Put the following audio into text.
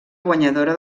guanyadora